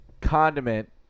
condiment